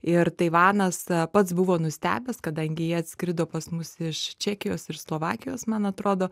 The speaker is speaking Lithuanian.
ir taivanas pats buvo nustebęs kadangi jie atskrido pas mus iš čekijos ir slovakijos man atrodo